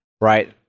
right